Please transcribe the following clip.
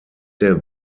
der